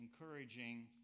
encouraging